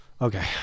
Okay